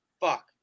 Fuck